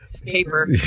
Paper